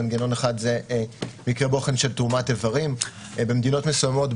מנגנון אחד זה מקרה בוחן של תרומת איברים במדינות מסוימות,